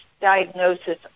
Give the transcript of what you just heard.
diagnosis